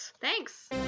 Thanks